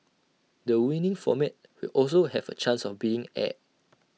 the winning format will also have A chance of being aired